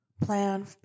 Plan